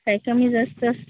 काय कमी जास्त